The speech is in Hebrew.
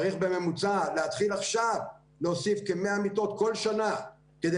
צריך להתחיל עכשיו להוסיף כ-100 מיטות כל שנה כדי